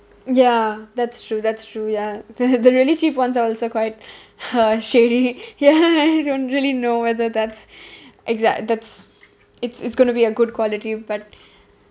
ya that's true that's true ya the the really cheap ones are also quite uh shady ya don't really know whether that's exact that's it's it's going to be a good quality but